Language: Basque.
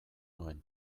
nuen